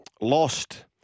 lost